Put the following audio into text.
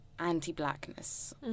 anti-blackness